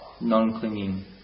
non-clinging